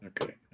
Okay